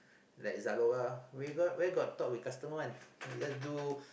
like Zalora where got where got talk with customers one you just do